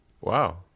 Wow